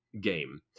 game